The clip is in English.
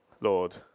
Lord